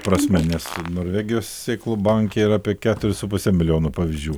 prasme nes norvegijos sėklų banke yra apie keturis su puse milijonų pavyzdžių